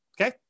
Okay